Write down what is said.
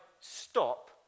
stop